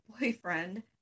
boyfriend